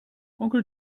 onkel